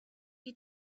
you